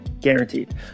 Guaranteed